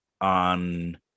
on